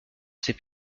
ses